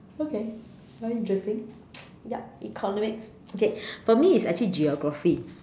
okay very interesting yup economics okay for me is actually geography